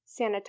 sanitize